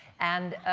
and